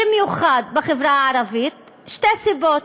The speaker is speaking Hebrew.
במיוחד בחברה הערבית, בשתי סיבות: